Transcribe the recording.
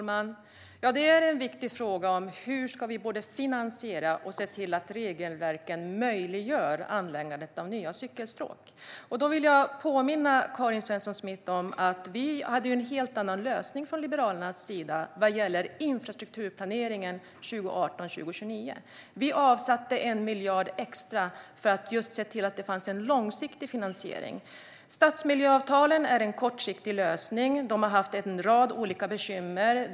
Fru talman! Det är en viktig fråga hur vi både ska finansiera och se till att regelverken möjliggör anläggandet av nya cykelstråk. Jag vill påminna Karin Svensson Smith om att vi hade en helt annan lösning från Liberalernas sida vad gäller infrastrukturplaneringen 2018-2029. Vi avsatte 1 miljard extra för att se till att det fanns en långsiktig finansiering. Stadsmiljöavtalen är en kortsiktig lösning. Det har varit en rad olika bekymmer med dem.